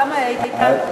למה איתן?